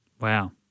wow